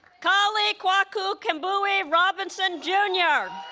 kali kwaku-kambui robinson, jr.